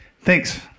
Thanks